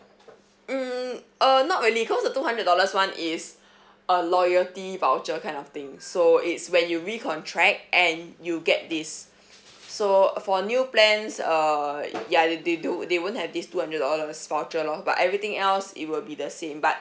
mm uh not really because the two hundred dollars [one] is a loyalty voucher kind of thing so it's when you recontract and you get this so uh for new plans err ya they they do they won't have this two hundred dollars voucher loh but everything else it will be the same but